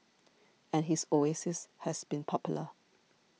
and his oasis has been popular